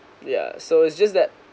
ya so it's just that